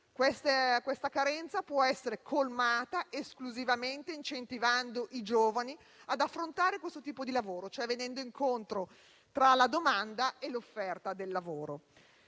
Tale carenza può essere colmata esclusivamente incentivando i giovani ad affrontare questo tipo di lavoro, facendo incontrare la domanda e l'offerta del lavoro.